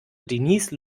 denise